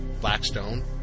Blackstone